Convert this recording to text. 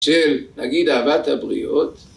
של, נגיד, אהבת הבריות